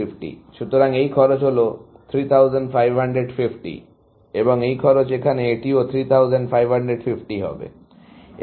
সুতরাং এই খরচ হল 3550 এবং এই খরচ এখানে এটিও 3550 হবে